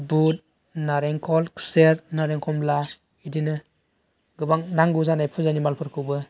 बुद नारेंकल खुसेर नारें कमला बिदिनो गोबां नांगौ जानाय फुजानि मालफोरखौबो